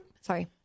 Sorry